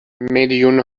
میلیون